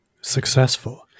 successful